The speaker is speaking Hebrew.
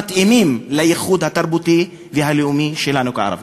שמתאימות לייחוד התרבותי והלאומי שלנו כערבים.